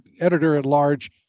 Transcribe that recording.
editor-at-large